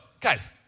guys